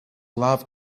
love